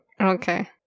Okay